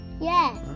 Yes